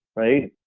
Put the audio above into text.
right?